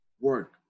Work